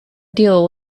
deal